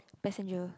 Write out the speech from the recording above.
passenger